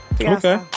Okay